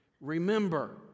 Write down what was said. Remember